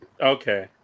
Okay